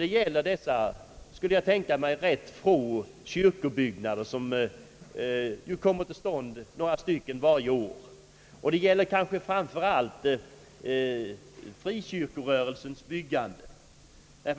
Det gäller ganska få — skulle jag tänka mig — kyrkobyggnader som kommer till stånd varje år, och det är främst fråga om frikyrkorörelsens byggande.